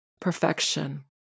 perfection